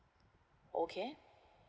okay